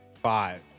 Five